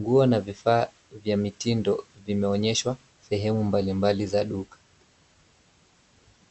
Nguo na vifaa vya mitindo vimeonyeshwa sehemu mbalimbali za duka.